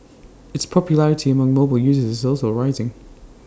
its popularity among mobile users is also rising